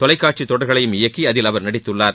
தொலைக்காட்சி தொடர்களையும் இயக்கி அதில் அவர் நடித்துள்ளார்